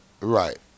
Right